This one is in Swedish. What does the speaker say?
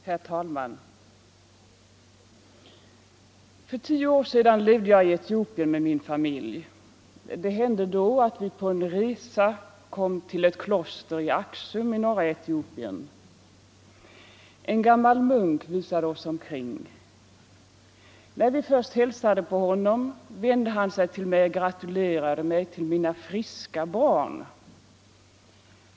Herr talman! För tio år sedan levde jag i Etiopien med min familj. Det hände då att vi på en resa kom till ett kloster i Axum, i norra Etiopien. En gammal munk visade oss omkring. När vi först hälsade på honom vände han sig till mig och gratulerade mig till våra friska barn.